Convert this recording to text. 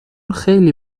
خیلی